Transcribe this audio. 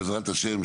בעזרת השם,